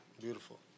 Beautiful